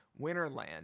Winterland